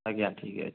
ଆଜ୍ଞା ଠିକ୍ ଅଛି